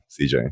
CJ